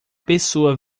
pessoa